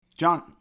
John